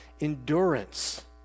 endurance